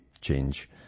change